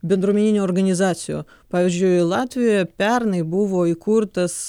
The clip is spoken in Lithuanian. bendruomeninių organizacijų pavyzdžiui latvijoje pernai buvo įkurtas